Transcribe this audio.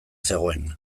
zegoen